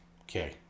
Okay